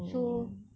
so